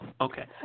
Okay